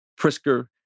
Prisker